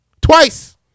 Twice